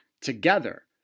together